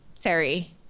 terry